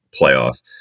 playoff